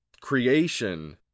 creation